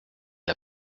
l’a